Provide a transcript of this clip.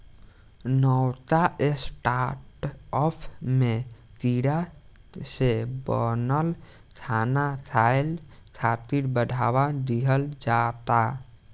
नवका स्टार्टअप में कीड़ा से बनल खाना खाए खातिर बढ़ावा दिहल जाता